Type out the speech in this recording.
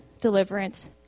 deliverance